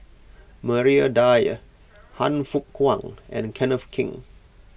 Maria Dyer Han Fook Kwang and Kenneth Keng